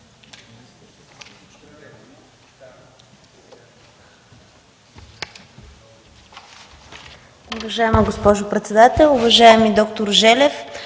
Уважаема госпожо председател! Уважаеми д-р Желев,